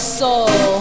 soul